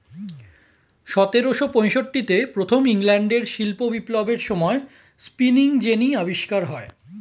সতেরোশো পঁয়ষট্টিতে প্রথম ইংল্যান্ডের শিল্প বিপ্লবের সময়ে স্পিনিং জেনি আবিষ্কার হয়